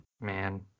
Man